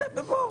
הוראה קבועה.